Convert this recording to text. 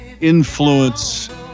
influence